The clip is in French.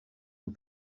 une